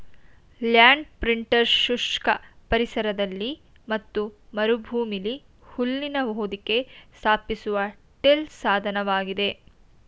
land printer ಶುಷ್ಕ ಪರಿಸರದಲ್ಲಿ ಮತ್ತು ಮರುಭೂಮಿಲಿ ಹುಲ್ಲಿನ ಹೊದಿಕೆ ಸ್ಥಾಪಿಸುವ ಟಿಲ್ ಸಾಧನವಾಗಿದೆ